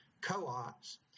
co-ops